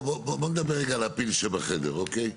בוא נדבר רגע על הפיל שבחדר, אוקיי?